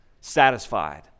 satisfied